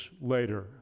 later